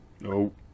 no